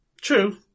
True